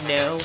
no